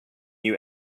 you